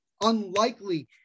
unlikely